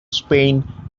spain